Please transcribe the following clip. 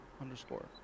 underscore